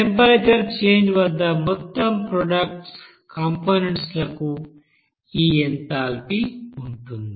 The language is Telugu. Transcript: టెంపరేచర్ చేంజ్ వద్ద మొత్తం ప్రోడక్ట్ కంపోనెంట్స్ లకు ఈ ఎంథాల్పీ ఉంటుంది